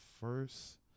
first